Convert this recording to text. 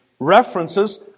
references